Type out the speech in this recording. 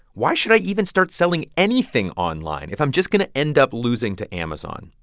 why should i even start selling anything online if i'm just going to end up losing to amazon?